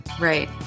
right